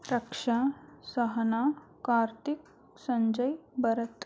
Raksha Sahana Karthik Sanjay Bharat